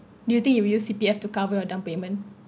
do you think you'll use C_P_F to cover your down payment